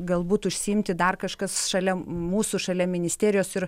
galbūt užsiimti dar kažkas šalia mūsų šalia ministerijos ir